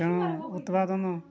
ତେଣୁ ଉତ୍ପାଦନ